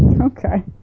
Okay